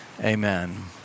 amen